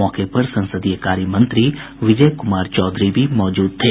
मौके पर संसदीय कार्य मंत्री विजय कुमार चौधरी भी मौजूद थे